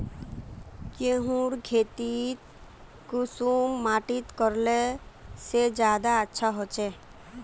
गेहूँर खेती कुंसम माटित करले से ज्यादा अच्छा हाचे?